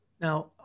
Now